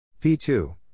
P2